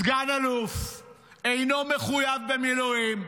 סגן אלוף שאינו מחויב במילואים,